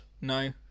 No